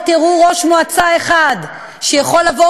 לא תראו ראש מועצה אחד שיכול לבוא